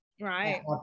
right